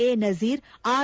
A Nazir R